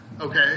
okay